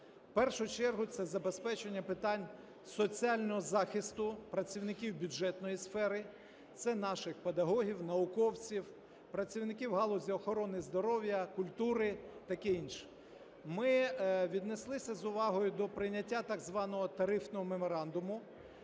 В першу чергу – це забезпечення питань соціального захисту, працівників бюджетної сфери, це наших педагогів, науковців, працівників галузі охорони здоров'я, культури, таке інше. Ми віднеслися з увагою до прийняття так званого тарифного меморандуму.